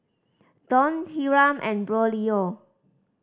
Dawn Hiram and Braulio